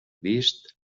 liszt